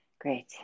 Great